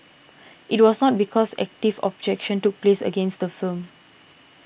it was not because active objection took place against the film